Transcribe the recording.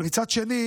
אבל מצד שני,